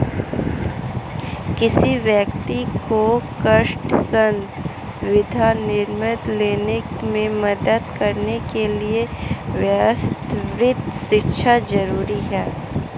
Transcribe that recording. किसी व्यक्ति को तर्कसंगत वित्तीय निर्णय लेने में मदद करने के लिए व्यक्तिगत वित्त शिक्षा जरुरी है